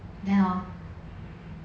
then hor